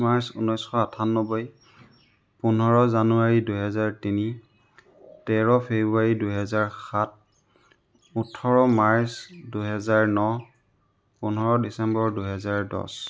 March ঊনৈছশ আঠান্নব্বৈ পোন্ধৰ জানুৱাৰী দুহেজাৰ তিনি তেৰ ফেব্ৰুৱাৰী দুহেজাৰ সাত ওঁঠৰ মাৰ্চ দুহেজাৰ ন পোন্ধৰ ডিচেম্বৰ দুহেজাৰ দহ